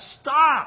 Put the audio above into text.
Stop